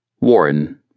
Warren